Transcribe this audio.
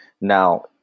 Now